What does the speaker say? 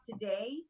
today